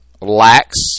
lax